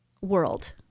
world